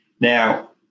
Now